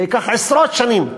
זה ייקח עשרות שנים.